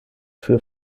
für